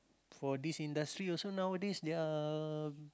for this industry also nowadays they are